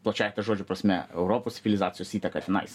plačiaja ta žodžio prasme europos civilizacijos įtaką tenais